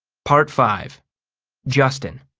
part five justin